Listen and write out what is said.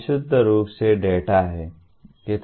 यह विशुद्ध रूप से डेटा है